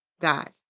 God